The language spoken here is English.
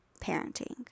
parenting